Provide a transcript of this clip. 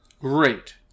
Great